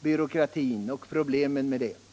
byråkratin och problemen i samband med den.